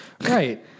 Right